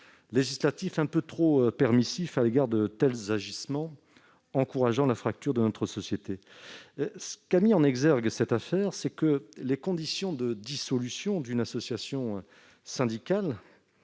législatif un peu trop permissif à l'égard de tels agissements qui encouragent la fracture de notre société. Cette affaire a mis en exergue la complexité des conditions de dissolution d'une association syndicale